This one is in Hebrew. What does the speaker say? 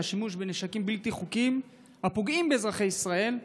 והשימוש בנשקים בלתי חוקיים הפוגעים באזרחי ישראל,